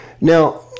Now